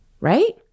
Right